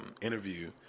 interview